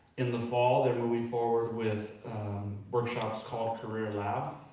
in the fall they're moving forward with workshops called career lab,